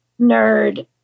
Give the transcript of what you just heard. nerd